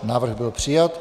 Návrh byl přijat.